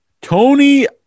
Tony